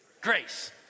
grace